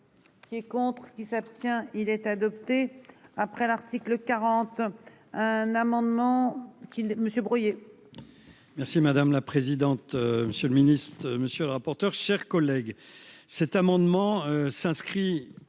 Qui est contre qui s'abstient. Il est adopté après l'article 40. Un amendement qui monsieur. Merci madame la présidente. Monsieur le ministre, monsieur le rapporteur, chers collègues. Cet amendement s'inscrit